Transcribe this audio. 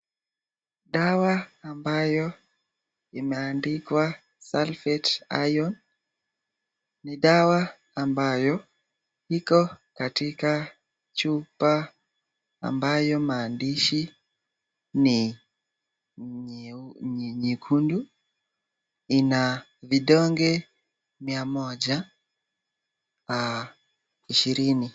Dawa ambayo imeandikwa sulphate iron , ni dawa ambayo iko katika chupa ambayo maaandishi ni nyekundu. Ina vidonge mia moja ishirini.